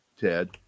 Ted